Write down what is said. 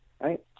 Right